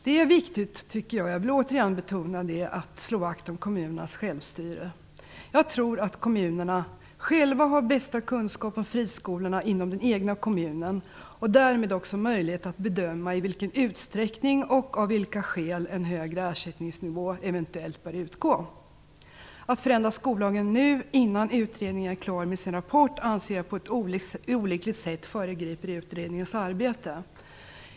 Det är viktigt att slå vakt om kommunernas självstyre. Jag tror att kommunerna själva har bästa kunskap om friskolorna inom den egna kommunen och därmed också möjlighet att bedöma i vilken utsträckning och av vilka skäl en högre ersättningsnivå eventuellt bör utgå. Att förändra skollagen nu, innan utredningen är klar med sin rapport, anser jag på ett olyckligt sätt skulle föregripa utredningens arbete.